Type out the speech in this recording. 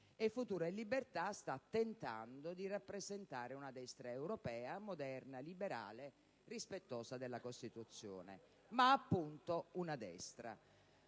E Futuro e Libertà sta tentando di rappresentare una destra europea, moderna, liberale, rispettosa della Costituzione: ma appunto, una destra.